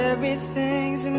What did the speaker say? Everything's